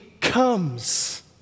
comes